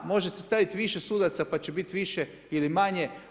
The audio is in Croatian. Možete staviti više sudaca pa će biti više ili manje.